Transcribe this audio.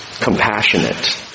Compassionate